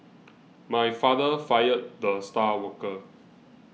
my father fired the star worker